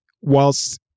whilst